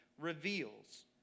reveals